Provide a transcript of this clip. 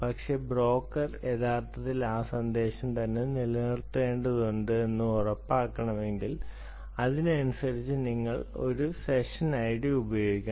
പക്ഷേ ബ്രോക്കർ യഥാർത്ഥത്തിൽ ആ സന്ദേശം തന്നെ നിലനിർത്തേണ്ടതുണ്ടെന്ന് ഉറപ്പാക്കണമെങ്കിൽ അതിനനുസരിച്ച് നിങ്ങൾ ഈ സെഷൻ ഐഡി ഉപയോഗിക്കണം